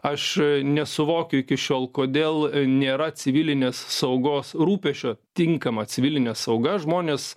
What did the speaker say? aš nesuvokiu iki šiol kodėl nėra civilinės saugos rūpesčio tinkama civiline sauga žmonės